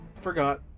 forgot